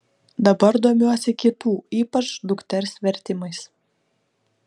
dabar domiuosi kitų ypač dukters vertimais